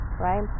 right